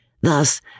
Thus